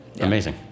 Amazing